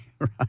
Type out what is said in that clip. Right